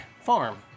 farm